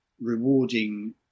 rewarding